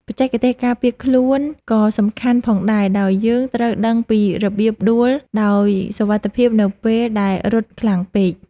បច្ចេកទេសការពារខ្លួនក៏សំខាន់ផងដែរដោយយើងត្រូវដឹងពីរបៀបដួលដោយសុវត្ថិភាពនៅពេលដែលរត់ខ្លាំងពេក។